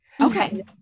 Okay